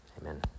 amen